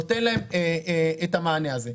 נותן להן את המענה הזה.